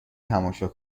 تماشا